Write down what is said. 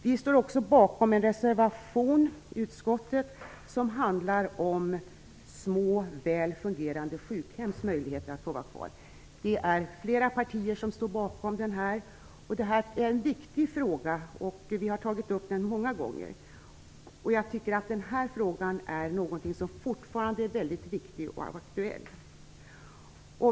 Vi står också bakom en reservation i utskottet som handlar om små, väl fungerande sjukhems möjligheter att få finnas kvar. Det är flera partier som står bakom reservationen. Det är en viktig fråga som vi har tagit upp många gånger. Den är viktig och fortfarande aktuell.